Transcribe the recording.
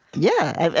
yeah,